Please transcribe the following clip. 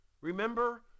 Remember